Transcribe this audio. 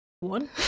One